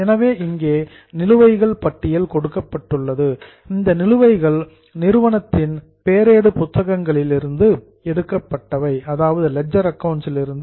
எனவே இங்கே நிலுவைகள் பட்டியல் கொடுக்கப்பட்டுள்ளது இந்த நிலுவைகள் நிறுவனத்தின் லெட்ஜர் பேரேடு புத்தகங்களிலிருந்து எடுக்கப்பட்டவை ஆகும்